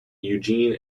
eugene